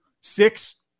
Six